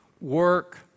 Work